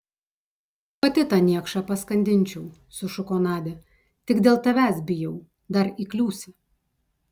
pati tą niekšą paskandinčiau sušuko nadia tik dėl tavęs bijau dar įkliūsi